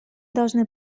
должны